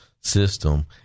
system